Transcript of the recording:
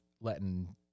letting